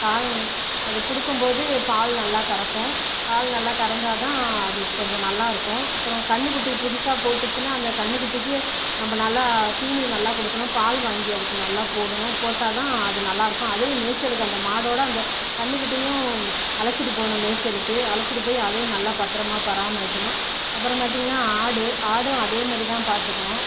கால் அது கொடுக்கும் போது பால் நல்லா கறக்கும் பால் நல்லா கறந்தால் தான் அது கொஞ்சம் நல்லாயிருக்கும் அப்புறம் கன்னு குட்டி புதுசாக போட்டுச்சுன்னா அந்த கன்னு குட்டிக்கு நம்ம நல்லா தீனி நல்லா கொடுக்கணும் பால் வாங்கி அதுக்கு நல்லா போடணும் போட்டால் தான் அது நல்லாயிருக்கும் அதையும் மேய்ச்சலுக்கு அந்த மாடோடய அந்த கன்னுக்குட்டியும் அழைச்சிட்டு போகணும் மேய்ச்சலுக்கு அழைச்சிட்டு போய் அதையும் நல்லா பத்திரமாக பராமரிக்கணும் அப்புறம் பார்த்தீங்கனா ஆடு ஆடு அதே மாதிரி தான் பார்த்துக்கணும்